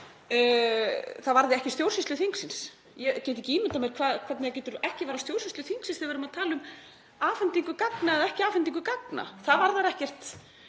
það varði ekki stjórnsýslu þingsins. Ég get ekki ímyndað mér hvernig það getur ekki varðað stjórnsýslu þingsins ef við erum að tala um afhendingu gagna eða ekki afhendingu gagna. Það varðar ekkert